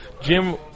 Jim